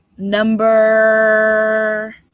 Number